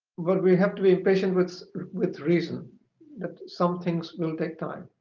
but we have to be patient with with reason that some things will take time